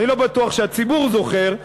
אני לא בטוח שהציבור זוכר,